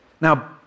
Now